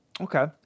okay